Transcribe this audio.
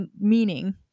meaning